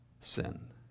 sin